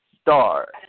star